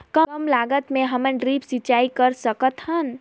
कम लागत मे हमन ड्रिप सिंचाई कर सकत हन?